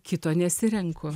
kito nesirenku